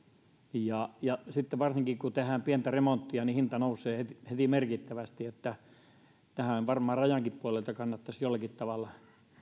varsinkin sitten kun tehdään pientä remonttia hinta nousee heti merkittävästi varmaan rajankin puolelta kannattaisi jollakin tavalla